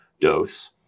dose